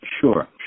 Sure